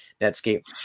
Netscape